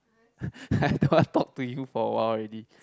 I don't want talk to you for a while already